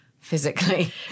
physically